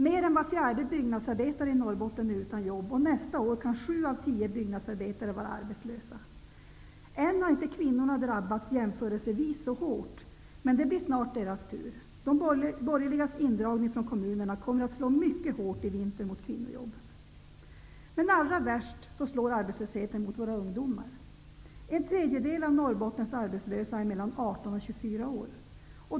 Mer än var fjärde byggnadsarbetare i Norrbotten är utan jobb, och nästa år kan sju av tio byggnadsarbetare vara arbetslösa. Än har inte kvinnorna drabbats lika hårt jämförelsevis, men det blir snart deras tur. De borgerligas indragning från kommunerna kommer att slå mycket hårt mot kvinnojobben i vinter. Men allra värst slår arbetslösheten mot våra ungdomar. En tredjedel av Norrbottens arbetslösa är mellan 18 och 24 år.